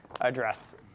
address